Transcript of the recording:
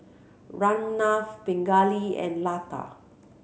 Ramnath Pingali and Lata